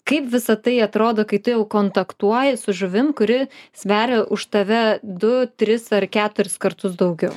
kaip visa tai atrodo kai tu jau kontaktuoji su žuvim kuri sveria už tave du tris ar keturis kartus daugiau